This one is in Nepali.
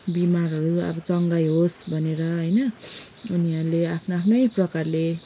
बिमारहरू अब चङ्गाई होस् भनेर होइन उनीहरूले आफ्नो आफ्नै प्रकारले